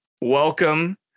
welcome